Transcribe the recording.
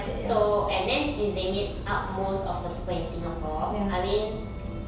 so and then it's they make up most of the people in singapore I mean